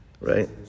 right